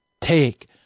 take